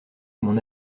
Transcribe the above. mon